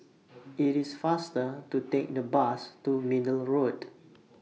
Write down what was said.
IT IS faster to Take The Bus to Middle Road